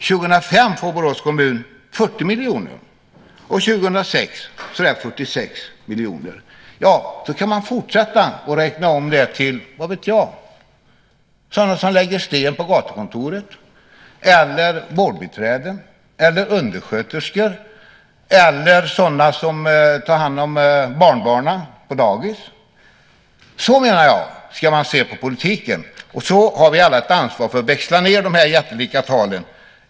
År 2005 får Borås kommun 40 miljoner, och 2006 så där 46 miljoner. Ja, så kan man fortsätta att räkna om detta till, ja vad vet jag, sådana som lägger sten på gatukontoret, vårdbiträden, undersköterskor eller de som tar hand om barnbarnen på dagis. Så ska man se på politiken, och så har vi alla ett ansvar för att växla ned de jättelika talen.